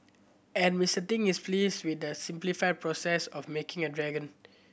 and Mister Ting is pleased with the simplified processes of making a dragon